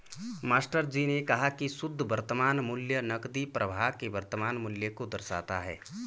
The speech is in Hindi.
मास्टरजी ने कहा की शुद्ध वर्तमान मूल्य नकदी प्रवाह के वर्तमान मूल्य को दर्शाता है